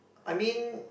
I mean